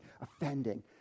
offending